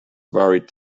worried